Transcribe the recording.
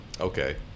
Okay